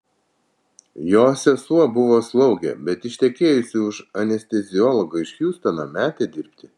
jo sesuo buvo slaugė bet ištekėjusi už anesteziologo iš hjustono metė dirbti